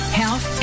health